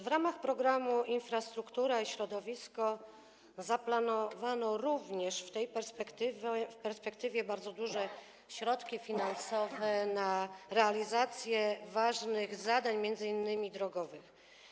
W ramach programu „Infrastruktura i środowisko” zaplanowano również w tej perspektywie bardzo duże środki finansowe na realizację ważnych zadań, m.in. drogowych.